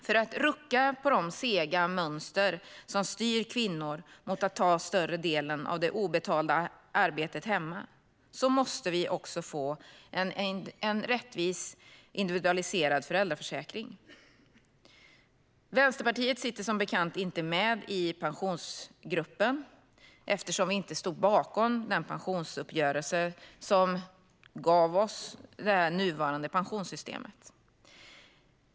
För att rucka på de sega mönster som styr kvinnor mot att ta större delen av det obetalda arbetet hemma måste vi också få en rättvis, individualiserad föräldraförsäkring. Vänsterpartiet sitter som bekant inte med i Pensionsgruppen eftersom vi inte stod bakom den pensionsuppgörelse som gav oss det nuvarande pensionssystemet.